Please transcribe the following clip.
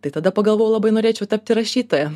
tai tada pagalvojau labai norėčiau tapti rašytoja